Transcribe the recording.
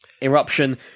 Eruption